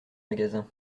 magasin